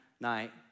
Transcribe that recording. night